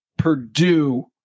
Purdue